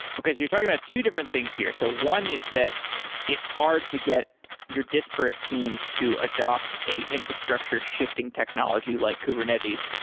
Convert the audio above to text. okay. so you're talking about two different things here. so one is that it's hard to get your disparate teams to adopt an infrastructure shifting technology like kubernetes.